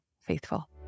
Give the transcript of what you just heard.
faithful